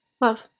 love